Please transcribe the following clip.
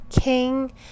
king